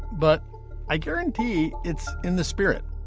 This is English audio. but i guarantee it's in the spirit.